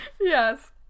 Yes